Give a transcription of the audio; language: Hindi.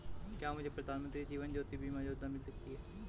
क्या मुझे प्रधानमंत्री जीवन ज्योति बीमा योजना मिल सकती है?